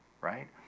Right